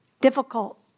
difficult